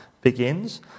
begins